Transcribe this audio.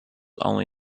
only